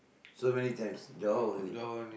so many times Johor only